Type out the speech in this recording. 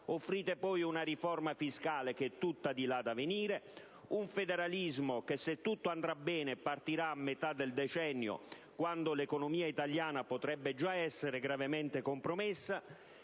Offrite poi una riforma fiscale che è tutta di là da venire, un federalismo che, se tutto andrà bene, partirà a metà del decennio, quando l'economia italiana potrebbe già essere gravemente compromessa,